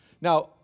Now